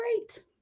great